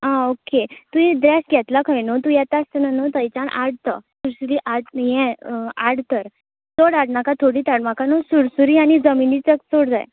आं ओके तुयें ड्रॅस घेतला खय न्हू तूं येतास्ताना न्हू थंयच्यान आड तो सुरसुरी आड ह्ये हाड तर चड हाडनाका थोडीत हाड म्हाका न्हू सुरसुरी आनी जमिनीचक्र चड जाय